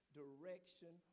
direction